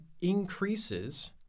increases